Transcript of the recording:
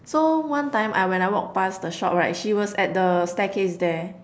so one time I when I walk past the shop right she was at the staircase there